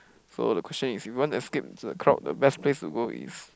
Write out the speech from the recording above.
so the question is you want to escape into the crowd the best place to go is